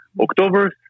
October